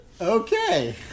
Okay